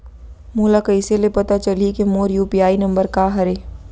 मोला कइसे ले पता चलही के मोर यू.पी.आई नंबर का हरे?